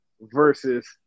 versus